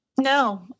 No